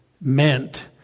meant